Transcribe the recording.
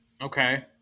Okay